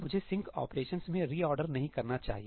मुझे sync operations में reorder नहीं करना चाहिए